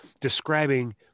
describing